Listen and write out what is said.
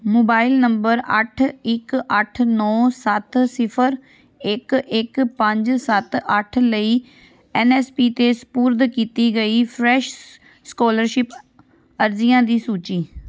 mobile number ਅੱਠ ਇੱਕ ਅੱਠ ਨੌ ਸੱਤ ਸਿਫਰ ਇੱਕ ਇੱਕ ਪੰਜ ਸੱਤ ਅੱਠ ਲਈ ਐੱਨ ਐੱਸ ਪੀ 'ਤੇ ਸਪੁਰਦ ਕੀਤੀ ਗਈ ਫਰੈਸ਼ ਸਕਾਲਰਸ਼ਿਪ ਅਰਜ਼ੀਆਂ ਦੀ ਸੂਚੀ